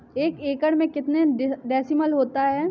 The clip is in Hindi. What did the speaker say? एक एकड़ में कितने डिसमिल होता है?